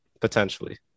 Potentially